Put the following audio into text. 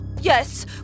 Yes